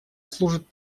служит